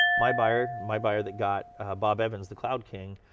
my buyer my buyer that got bob evans, the cloud king,